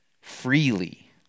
Freely